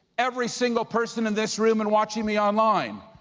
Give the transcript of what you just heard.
every single person in this room and watching me online,